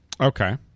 Okay